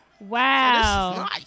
Wow